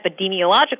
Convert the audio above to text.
epidemiological